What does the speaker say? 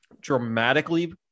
dramatically